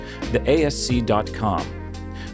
theasc.com